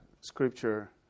scripture